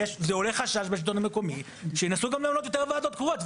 זה עולה חשש בשלטון המקומי שינסו גם לעלות יותר ועדות קרואות.